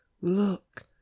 look